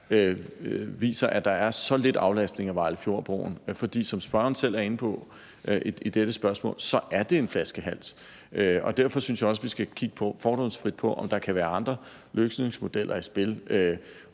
viser, at der er så lidt aflastning af Vejlefjordbroen, for som spørgeren selv er inde på i dette spørgsmål, er det en flaskehals, og derfor synes jeg også, vi skal kigge fordomsfrit på, om der kan bringes andre løsningsmodeller i spil.